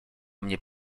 mnie